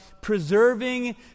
preserving